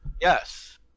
yes